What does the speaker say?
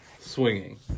swinging